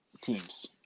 teams